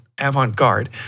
avant-garde